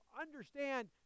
understand